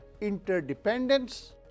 interdependence